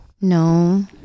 no